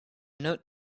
note